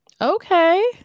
Okay